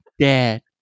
dad